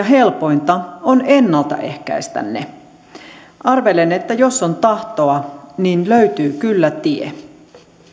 helpointa on ennalta ehkäistä ne arvelen että jos on tahtoa niin löytyy kyllä tie